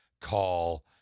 call